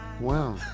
Wow